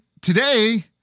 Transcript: today